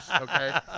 Okay